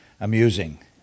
amusing